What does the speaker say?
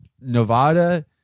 Nevada